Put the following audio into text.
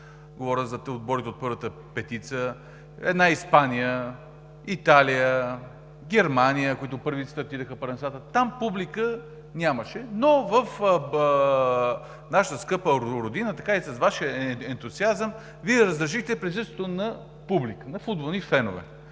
говоря за отборите от първата петица – Испания, Италия, Германия, които първи стартираха първенствата. Там публика нямаше, но в нашата скъпа Родина, и с Вашия ентусиазъм, Вие разрешихте присъствието на публика, на футболни фенове.